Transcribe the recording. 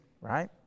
Right